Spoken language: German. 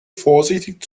vorsichtig